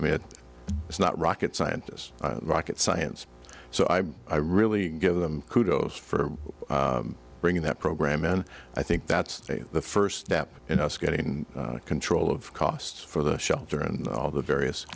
i mean it's not rocket scientists rocket science so i i really give them kudos for bringing that program and i think that's the first step in us getting control of costs for the shelter and all the various